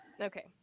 Okay